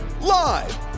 Live